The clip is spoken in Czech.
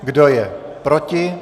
Kdo je proti?